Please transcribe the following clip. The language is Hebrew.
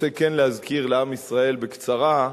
רוצה כן להזכיר לעם ישראל בקצרה,